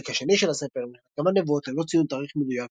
החלק השני של הספר מכיל כמה נבואות ללא ציון תאריך מדויק,